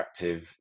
interactive